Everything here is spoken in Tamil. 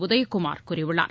உதயகுமார் கூறியுள்ளார்